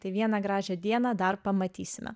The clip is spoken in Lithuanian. tai vieną gražią dieną dar pamatysime